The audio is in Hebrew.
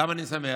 למה אני שמח?